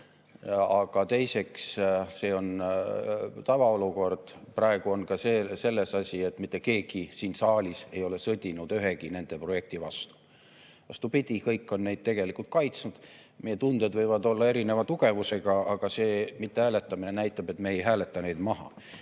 Ja teiseks, see on tavaolukord. Praegu on asi ka selles, et mitte keegi siin saalis ei ole sõdinud nende projektide vastu. Vastupidi, kõik on neid tegelikult kaitsnud. Meie tunded võivad olla erineva tugevusega, aga mittehääletamine näitab, et me ei hääleta neid maha.